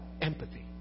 empathy